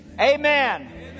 amen